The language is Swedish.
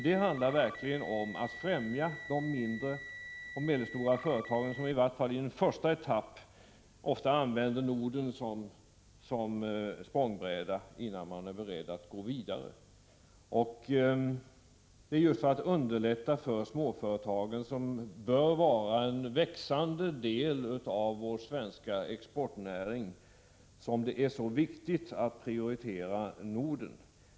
Det handlar verkligen om att främja de mindre och medelstora företagen, som i vart fall i en första etapp använder Norden som en språngbräda innan de är beredda att gå vidare. Det är just för att underlätta för småföretagen, som bör vara en växande del av vår svenska exportnäring, som det är så viktigt att prioritera Norden.